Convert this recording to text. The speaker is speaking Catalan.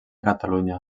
catalunya